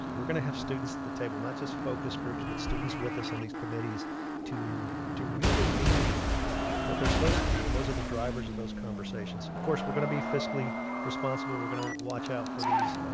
we're gonna have students at the table. not just focus groups. but students with us on these committees to to really be what they're supposed to be. and those are the drivers of those conversations. of course, we're gonna be fiscally responsible. we're gonna watch out for the